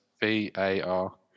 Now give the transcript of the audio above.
V-A-R